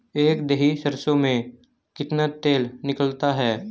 एक दही सरसों में कितना तेल निकलता है?